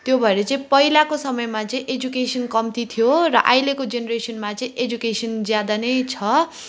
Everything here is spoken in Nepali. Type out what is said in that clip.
त्यो भएर चाहिँ पहिलाको समयमा चाहिँ एजुकेसन कम्ती थियो र अहिलेको जेनरेसनमा चाहिँ एजुकेसन ज्यादा नै छ